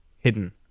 hidden